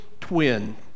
twin